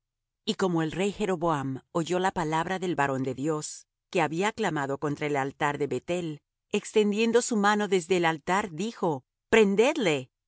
y como el rey jeroboam oyó la palabra del varón de dios que había clamado contra el altar de beth-el extendiendo su mano desde el altar dijo prendedle